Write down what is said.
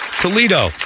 Toledo